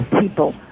people